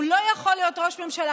הוא לא יכול להיות ראש ממשלה,